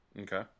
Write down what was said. Okay